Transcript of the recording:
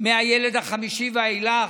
מהילד החמישי ואילך.